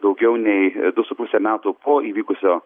daugiau nei du su puse metų po įvykusio